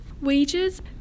Wages